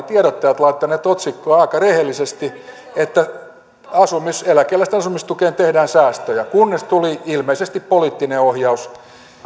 tiedottajat laittaneet otsikkoon aika rehellisesti että eläkeläisten asumistuesta tehdään säästöjä kunnes tuli ilmeisesti poliittinen ohjaus